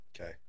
Okay